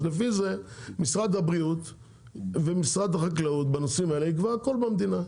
אז לפי זה משרד הבריאות ומשרד החקלאות בנושאים האלה יקבע הכל במדינה.